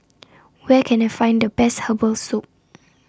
Where Can I Find The Best Herbal Soup